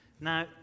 Now